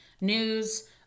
news